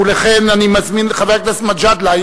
ובכן, אני מזמין, חבר הכנסת מג'אדלה.